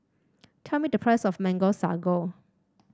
tell me the price of Mango Sago